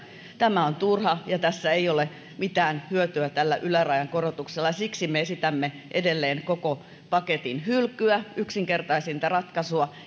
tämä on turha ja tässä ei ole mitään hyötyä tällä ylärajan korotuksella ja siksi me esitämme edelleen koko paketin hylkyä yksinkertaisinta ratkaisua